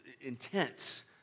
intense